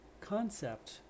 concept